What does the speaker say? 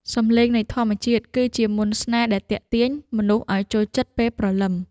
សំឡេងនៃធម្មជាតិគឺជាមន្តស្នេហ៍ដែលទាក់ទាញមនុស្សឱ្យចូលចិត្តពេលព្រលឹម។